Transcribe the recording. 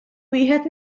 wieħed